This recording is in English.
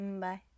Bye